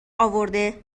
اورده